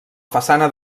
façana